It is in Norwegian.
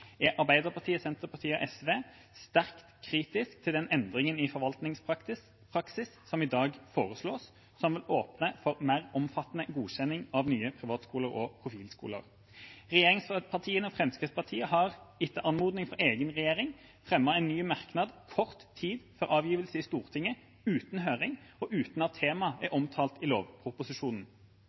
er Arbeiderpartiet, Senterpartiet og SV sterkt kritiske til den endringen i forvaltningspraksis som i dag foreslås, og som vil åpne for mer omfattende godkjenning av nye privatskoler og profilskoler. Regjeringspartiene og Fremskrittspartiet har etter anmodning fra egen regjering fremmet en ny merknad kort tid før avgivelse i Stortinget, uten høring og uten at temaet er omtalt i lovproposisjonen.